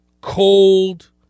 cold